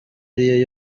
ariyo